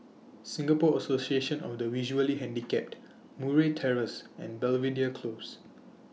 Singapore Association of The Visually Handicapped Murray Terrace and Belvedere Close